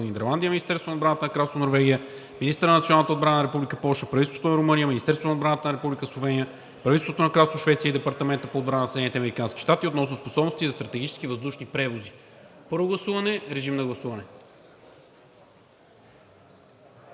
Първо гласуване. Режим на гласуване.